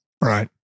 Right